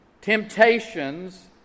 temptations